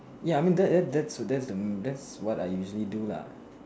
ya I mean that that that that that's what I usually do lah